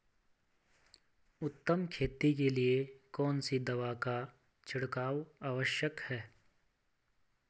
उत्तम खेती के लिए कौन सी दवा का छिड़काव आवश्यक है?